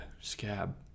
scab